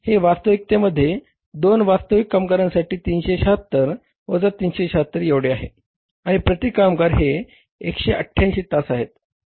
तर हे वास्तविकतेमध्ये दोन वास्तविक कामगारांसाठी 376 वजा 376 एवढे आहे आणि प्रती कामगार हे 188 तास आहेत